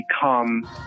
become